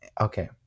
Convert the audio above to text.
Okay